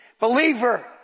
Believer